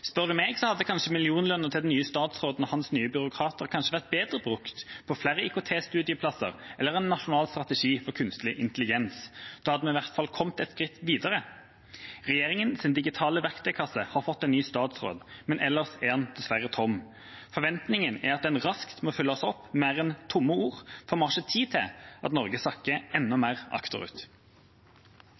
Spør du meg, hadde kanskje millionlønnen til den nye statsråden og hans nye byråkrater vært bedre brukt på flere IKT-studieplasser eller en nasjonal strategi for kunstig intelligens. Da hadde vi i hvert fall kommet et skritt videre. Regjeringas digitale verktøykasse har fått en ny statsråd, men ellers er den dessverre tom. Forventningen er at den raskt må fylles opp med mer enn tomme ord, for vi har ikke tid til at